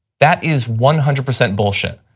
that is one hundred percent bullshit.